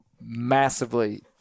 massively –